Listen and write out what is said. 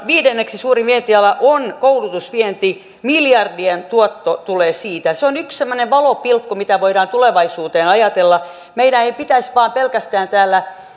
viidenneksi suurin vientiala on koulutusvienti miljardien tuotto tulee siitä se on yksi semmoinen valopilkku mitä voidaan tulevaisuuteen ajatella meidän ei pitäisi vain pelkästään